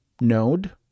node